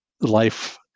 life